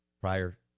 prior